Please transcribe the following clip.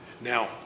Now